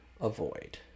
avoid